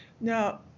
Now